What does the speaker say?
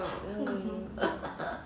ah ah mm